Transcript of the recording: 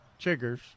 chiggers